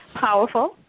powerful